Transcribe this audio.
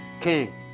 king